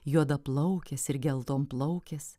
juodaplaukės ir geltonplaukės